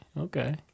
okay